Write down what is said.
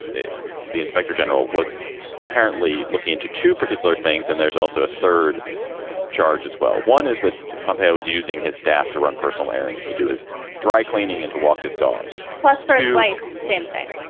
the inspector general, was apparently looking into two particular things. and there's also a third charge as well. one is that pompeya was using his staff to run personal errands to do his dry cleaning and to walk his dog plus life. same thing.